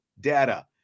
data